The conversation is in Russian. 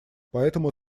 поэтому